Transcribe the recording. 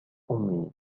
أمي